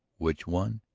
which one?